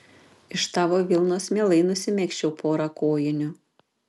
iš tavo vilnos mielai nusimegzčiau porą kojinių